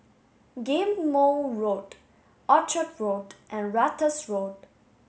Ghim Moh Road Orchard Road and Ratus Road